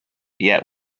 yet